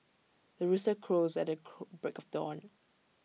the rooster crows at the break of dawn